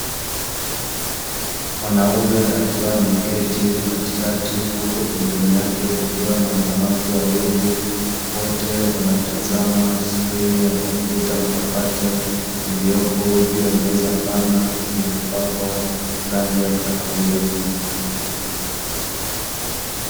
Mwanaume akiwa ameketi katikati huku pembeni yake kukiwa na wanawake wawili wote wanatazama skrini ya kompyuta mpakato iliyopo juu ya meza pana iliyopakwa rangi ya kahawia.